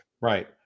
Right